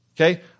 Okay